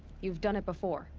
you've done it before.